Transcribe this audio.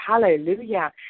Hallelujah